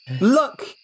Look